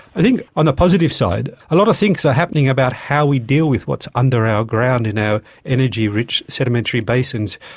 i think on the positive side a lot of things are happening about how we deal with what's under our ground in our energy rich sedimentary basins,